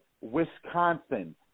Wisconsin